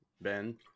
Ben